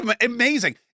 amazing